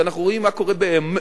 כשאנחנו רואים מה קורה באמריקה,